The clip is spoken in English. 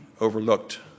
overlooked